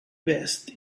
best